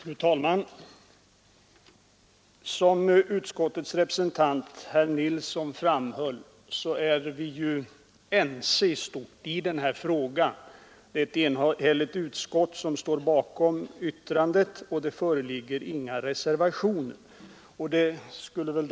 Fru talman! Som utskottets talesman herr Nilsson i Östersund framhöll är vi i stort sett ense i denna fråga. Det har inte fogats några reservationer till utskottets betänkande.